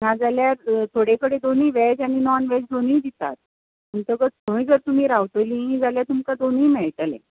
ना जाल्यार थोडे कडेन वॅज आनी नॉन वॅज दोनूय दितात म्हणटकच थंय जर तुमी रावतलीं जाल्यार तुमकां दोनीय मेळटलें